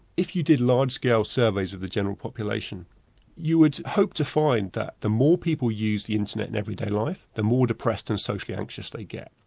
if you did large scale surveys of the general population you would hope to find that the more people use the internet in every day life, the more depressed and socially anxious they get.